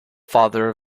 father